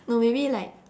no maybe like